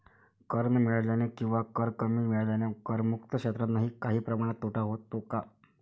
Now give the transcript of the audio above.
कर न मिळाल्याने किंवा कर कमी मिळाल्याने करमुक्त क्षेत्रांनाही काही प्रमाणात तोटा होतो का?